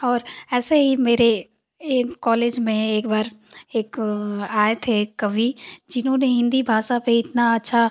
और ऐसे ही मेरे एक कॉलेज में एक बार एक आए थे एक कवि जिन्होंने हिन्दी भाषा पर इतना अच्छा